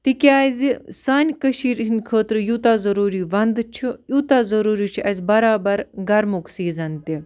تِکیٛازِ سانہِ کٔشیٖرِ ہِنٛدۍ خٲطرٕ یوٗتاہ ضٔروٗری وَنٛدٕ چھُ یوٗتاہ ضٔروٗری چھُ اَسہِ بَرابَر گَرمُک سیٖزَن تہِ